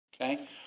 okay